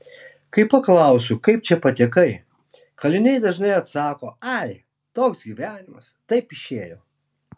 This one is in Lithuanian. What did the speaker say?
kai paklausiu kaip čia patekai kaliniai dažnai atsako ai toks gyvenimas taip išėjo